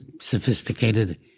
sophisticated